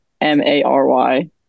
m-a-r-y